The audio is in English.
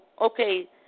okay